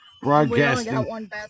Broadcasting